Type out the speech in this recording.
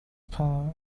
power